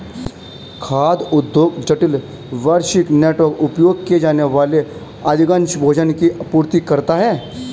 खाद्य उद्योग जटिल, वैश्विक नेटवर्क, उपभोग किए जाने वाले अधिकांश भोजन की आपूर्ति करता है